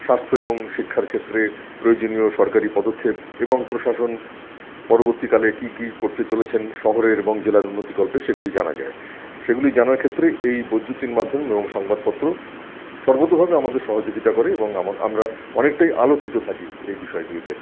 স্বাস্থ্য এবং শিক্ষার ক্ষেত্রে প্রয়োজনীয় সরকারি পদক্ষেপ এবং প্রশাসন পরবর্তীকালে কি কি করতে চলেছেন শহরে এবং জেলার উন্নতিকল্পে সেগুলি জানা যায় সেগুলি জানার ক্ষেত্রে এই বৈদ্যুতিন মাধ্যম এবং সংবাদপত্র সর্বতোভাবে আমাদের সহযোগিতা করে এবং আমরা অনেকটাই আলোকিত থাকি এই বিষয়গুলিতে